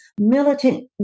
militant